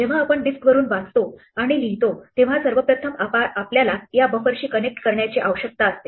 जेव्हा आपण डिस्कवरून वाचतो आणि लिहितो तेव्हा सर्वप्रथम आपल्याला या बफरशी कनेक्ट करण्याची आवश्यकता असते